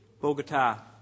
Bogota